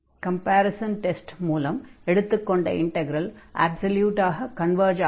ஆகையால் comparison test மூலம் எடுத்துக்கொண்ட இன்டக்ரல் அப்ஸல்யூட்டாக கன்வர்ஜ் ஆகும்